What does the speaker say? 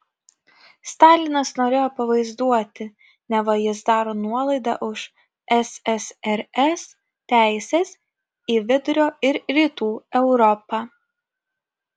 stalinas norėjo pavaizduoti neva jis daro nuolaidą už ssrs teises į vidurio ir rytų europą